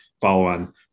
follow-on